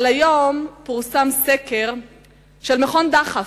היום פורסם סקר של מכון "דחף",